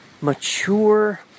mature